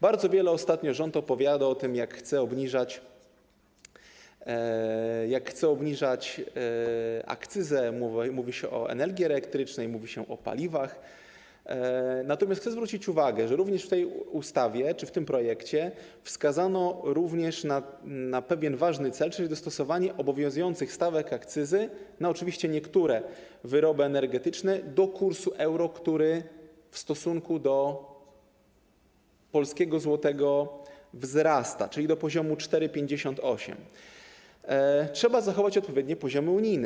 Bardzo wiele ostatnio rząd opowiada o tym, jak to chce obniżać akcyzę - mówi się o energii elektrycznej, mówi się o paliwach - natomiast chcę zwrócić uwagę, że również w tej ustawie czy w tym projekcie wskazano na pewien ważny cel, czyli dostosowanie obowiązujących stawek akcyzy, oczywiście na niektóre wyroby energetyczne, do kursu euro, który w stosunku do polskiego złotego wzrasta, czyli do poziomu 4,58, gdyż trzeba zachować odpowiednie poziomy unijne.